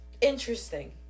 interesting